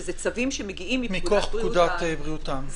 שזה צווים שמגיעים מפקודת בריאות העם.